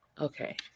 okay